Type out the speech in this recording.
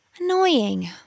Annoying